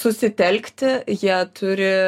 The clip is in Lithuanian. susitelkti jie turi